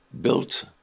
built